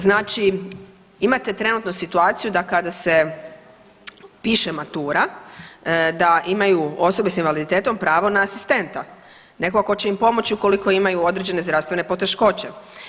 Znači imate trenutno situaciju da kada se piše matura da imaju osobe s invaliditetom pravo na asistenta, nekoga tko će im pomoći ukoliko imaju određene zdravstvene poteškoće.